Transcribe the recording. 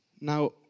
Now